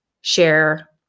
share